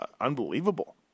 unbelievable